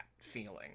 feeling